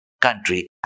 country